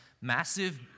massive